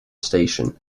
station